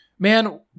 Man